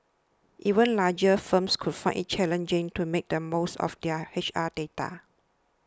even larger firms could find it challenging to make the most of their H R data